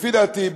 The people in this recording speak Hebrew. לפי דעתי,